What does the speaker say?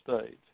states